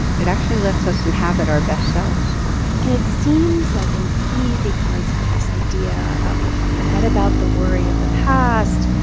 it actually lets us inhabit our best selves and it seems like an easy concept, this idea of forget about the worry of the past,